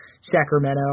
Sacramento